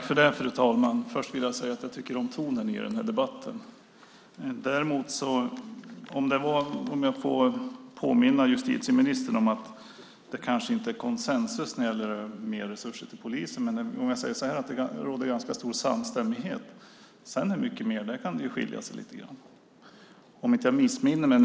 Fru talman! Först vill jag säga att jag tycker om tonen i debatten. Sedan, om jag får påminna justitieministern, råder det kanske inte konsensus när det gäller mer resurser till polisen, men jag kan säga att det råder ganska stor samstämmighet. Däremot kan det skilja sig lite grann när det gäller hur mycket mer.